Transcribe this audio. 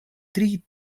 tri